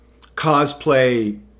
cosplay